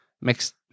mixed